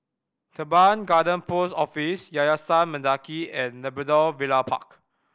Teban Garden Post Office Yayasan Mendaki and Labrador Villa Park